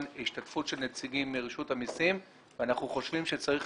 השתתפות של נציגים מרשות המסים ואנחנו חושבים שצריכה